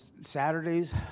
Saturdays